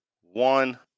one